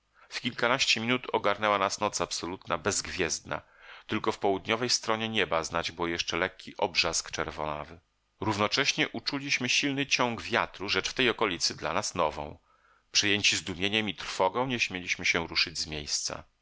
w kilkanaście minut ogarnęła nas noc absolutna bezgwiezdna tylko w południowej stronie nieba znać było jeszcze lekki obrzask czerwonawy równocześnie uczuliśmy silny ciąg wiatru rzecz w tej okolicy dla nas nową przejęci zdumieniem i trwogą nie śmieliśmy się ruszyć z miejsca